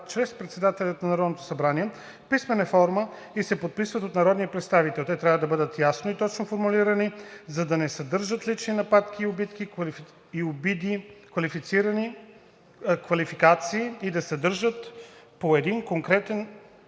чрез председателя на Народното събрание в писмена форма и се подписват от народния представител. Те трябва да бъдат ясно и точно формулирани и да не съдържат лични нападки и обидни квалификации и да съдържат по едно конкретно